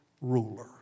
ruler